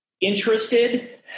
interested